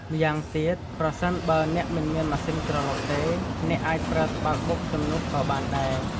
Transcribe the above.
ម្យ៉ាងទៀត ប្រសិនបើ អ្នកមិនមានម៉ាស៊ីនក្រឡុកទេ អ្នកអាចប្រើត្បាល់បុកជំនួសក៏បានដែរ។